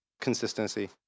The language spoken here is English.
consistency